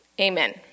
Amen